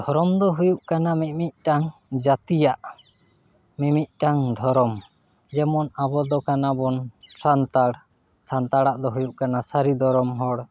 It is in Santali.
ᱫᱷᱚᱨᱚᱢ ᱫᱚ ᱦᱩᱭᱩᱜ ᱠᱟᱱᱟ ᱢᱤᱼᱢᱤᱫᱴᱟᱝ ᱡᱟᱹᱛᱤᱭᱟᱜ ᱢᱤᱼᱢᱤᱫᱴᱟᱝ ᱫᱷᱚᱨᱚᱢ ᱡᱮᱢᱚᱱ ᱟᱵᱚ ᱫᱚ ᱠᱟᱱᱟᱵᱚᱱ ᱥᱟᱱᱛᱟᱲ ᱥᱟᱱᱛᱟᱲᱟᱜ ᱫᱚ ᱦᱩᱭᱩᱜ ᱠᱟᱱᱟ ᱥᱟᱹᱨᱤ ᱫᱷᱚᱨᱚᱢ ᱦᱚᱲ